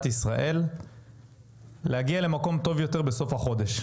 ישראל להגיע למקום טוב יותר בסוף החודש.